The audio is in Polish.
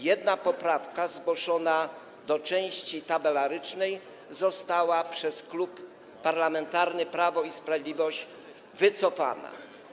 Jedna poprawka zgłoszona do części tabelarycznej została przez Klub Parlamentarny Prawo i Sprawiedliwość wycofana.